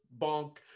bonk